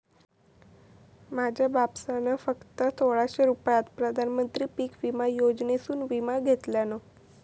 माझ्या बापसान फक्त सोळाशे रुपयात प्रधानमंत्री पीक विमा योजनेसून विमा घेतल्यान